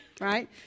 right